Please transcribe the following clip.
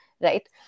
right